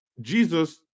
Jesus